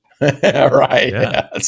right